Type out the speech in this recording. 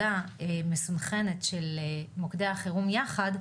מעבודה מסונכרנת של מוקדי החירום יחד,